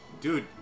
dude